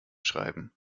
schreiben